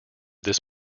this